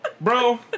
bro